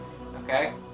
okay